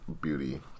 beauty